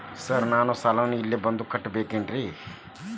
Sir ನಾನು ಸಾಲವನ್ನು ಇಲ್ಲೇ ಬಂದು ಕಟ್ಟಬೇಕೇನ್ರಿ?